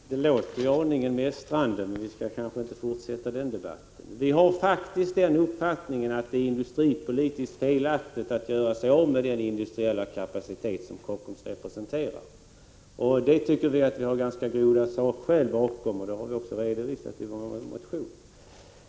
Herr talman! Sten Anderssons i Malmö inlägg låter ju aningen mästrande, men vi skall kanske inte fortsätta den debatten. Vi har faktiskt den uppfattningen att det är industripolitiskt felaktigt att göra sig av med den industriella kapacitet som Kockums representerar. Den uppfattningen tycker vi att vi har ganska goda sakskäl för, och dem har vi också redovisat i vår motion.